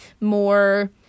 more